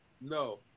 No